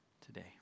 today